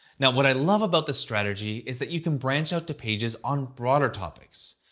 now, what i love about this strategy is that you can branch out to pages on broader topics.